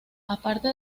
aparte